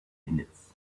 minutes